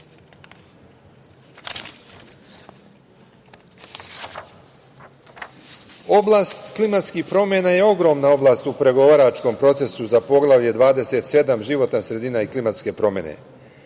stvar. Oblast klimatskih promena je ogromna oblast u pregovaračkom procesu za Poglavlje 27 – životna sredina i klimatske promene.